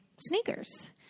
sneakers